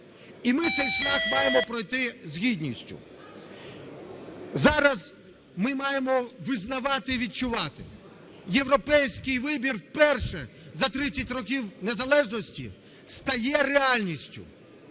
І ми цей шлях маємо пройти з гідністю. Зараз ми маємо визнавати, відчувати: європейський вибір вперше за 30 років незалежності стає реальністю,